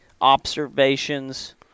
observations